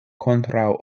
kontraŭ